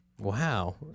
Wow